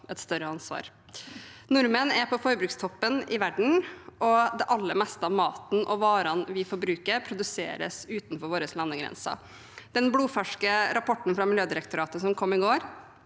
et større ansvar. Nordmenn er på forbrukstoppen i verden, og det aller meste av maten og varene vi forbruker, produseres utenfor våre landegrenser. Den blodferske rapporten fra Miljødirektoratet som kom i går,